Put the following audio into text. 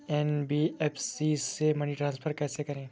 NBFC से money transfer कैसे करें?